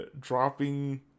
dropping